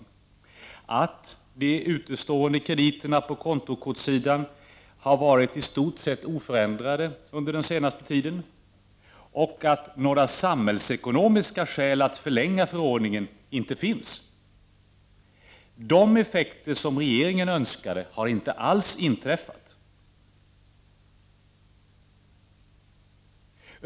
Finansbolagens förening säger även att de utestående krediterna på kontokortssidan har varit i stort sett oförändrade under den senaste tiden och att några samhällsekonomiska skäl att förlänga förordningen inte finns. De effekter som regeringen önskade har inte alls inträffat.